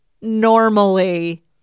normally